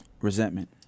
resentment